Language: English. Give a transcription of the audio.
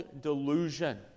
delusion